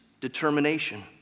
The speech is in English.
determination